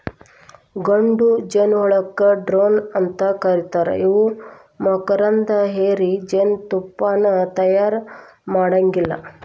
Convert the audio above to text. ಗಂಡು ಜೇನಹುಳಕ್ಕ ಡ್ರೋನ್ ಅಂತ ಕರೇತಾರ ಇವು ಮಕರಂದ ಹೇರಿ ಜೇನತುಪ್ಪಾನ ತಯಾರ ಮಾಡಾಂಗಿಲ್ಲ